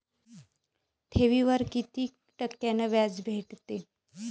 ठेवीवर कितीक टक्क्यान व्याज भेटते?